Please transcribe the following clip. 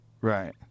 Right